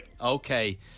Okay